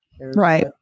Right